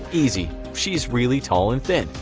easy, she is really tall and thin.